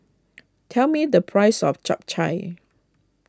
tell me the price of Chap Chai